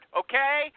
okay